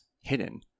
hidden